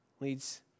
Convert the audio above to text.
leads